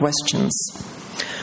questions